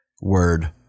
word